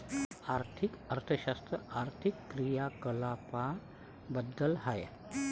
आर्थिक अर्थशास्त्र आर्थिक क्रियाकलापांबद्दल आहे